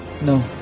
No